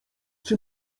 czy